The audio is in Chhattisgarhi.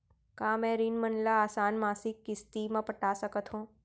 का मैं ऋण मन ल आसान मासिक किस्ती म पटा सकत हो?